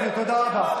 תודה.